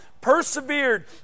persevered